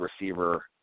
receiver